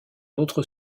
l’autre